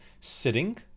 sitting